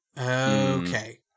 Okay